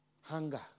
hunger